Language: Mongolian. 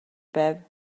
байв